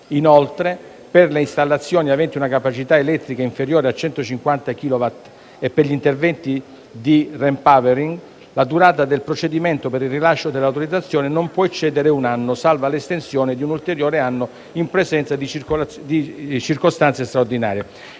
Inoltre, per le installazioni aventi una capacità elettrica inferiore a 150 chilowatt e per gli interventi di *repowering,* la durata del processo per il rilascio dell'autorizzazione non può eccedere un anno, salva l'estensione di un ulteriore anno in presenza di circostanze straordinarie.